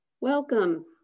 Welcome